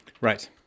Right